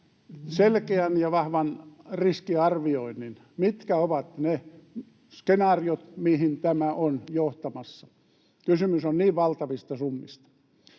selkeän ja vahvan riskiarvioinnin, että mitkä ovat ne skenaariot, mihin tämä on johtamassa. Kysymys on niin valtavista summista.